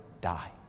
die